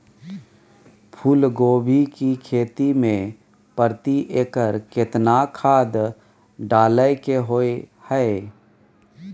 फूलकोबी की खेती मे प्रति एकर केतना खाद डालय के होय हय?